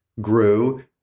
grew